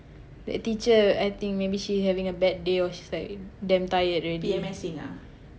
that teacher I think maybe she having a bad day or she's like damn tired already